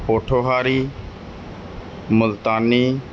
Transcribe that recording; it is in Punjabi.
ਪੋਠੋਹਾਰੀ ਮੁਲਤਾਨੀ